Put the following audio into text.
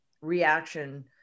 reaction